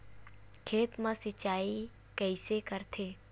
खेत मा सिंचाई कइसे करथे?